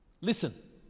Listen